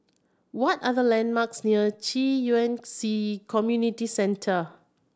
what are the landmarks near Ci Yuan C Community Center